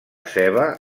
ceba